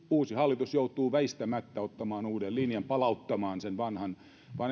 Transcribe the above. uusi hallitus joutuu väistämättä ottamaan uuden linjan palauttamaan sen vanhan